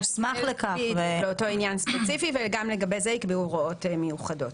גם לגבי זה יקבעו הוראות מיוחדות.